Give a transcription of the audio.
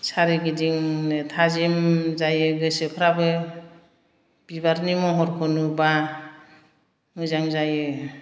सारिगिदिंनो थाजिम जायो गोसोफ्राबो बिबारनि महरखौ नुबा मोजां जायो